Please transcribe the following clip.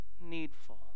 Needful